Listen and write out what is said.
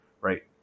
right